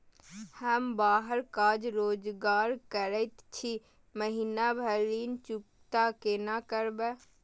हम बाहर काज रोजगार करैत छी, महीना भर ऋण चुकता केना करब?